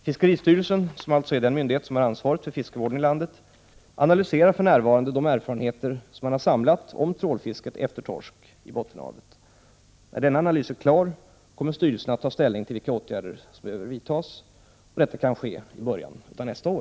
Fiskeristyrelsen, som alltså är den myndighet som har ansvaret för Prot. 1988/89:12 fiskevården i landet, analyserar för närvarande de erfarenheter som har 20oktober 1988 samlats om trålfisket efter torsk i Bottenhavet. När denna analys är klar kommer styrelsen att ta ställning till vilka åtgärder som behöver vidtas. Detta kan ske i början av nästa år.